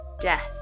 Death